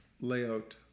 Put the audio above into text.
layout